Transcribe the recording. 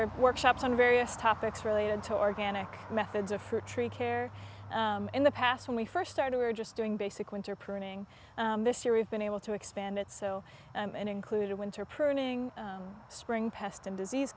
are workshops on various topics related to organic methods of fruit tree care in the past when we first started we were just doing basic winter pruning this year we've been able to expand it so and include a winter pruning spring pest and disease